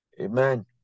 Amen